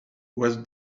was